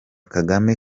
kagame